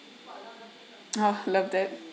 oh love that